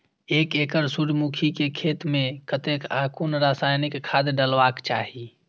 एक एकड़ सूर्यमुखी केय खेत मेय कतेक आ कुन रासायनिक खाद डलबाक चाहि?